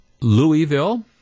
Louisville